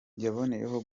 yaboneyeho